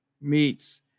meets